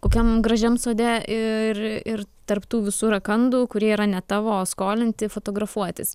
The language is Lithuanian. kokiam gražiam sode ir ir tarp tų visų rakandų kurie yra ne tavo o skolinti fotografuotis